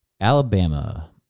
Alabama